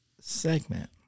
segment